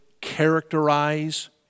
characterize